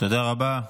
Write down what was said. תודה רבה.